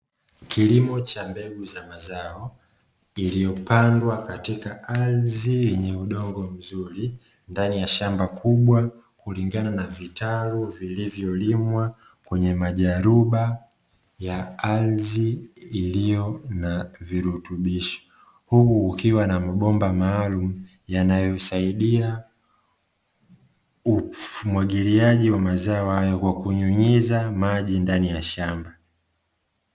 Kilimo cha mbegu za mazao, iliyo pandwa katika ardhi yenye udongo mzuri ndani ya shamba kubwa kulingana na vitalu vilivyo limwa kwenye majaluba ya ardhi iliyo na virutubisho. Huku kukiwa na mabomba maalumu yanayo saidia umwagiliaji wa mazao hayo kwa kunyunyiza maji ndani ya shamba.